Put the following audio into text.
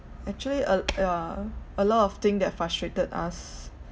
actually uh ya a lot of thing that frustrated us